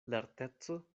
lerteco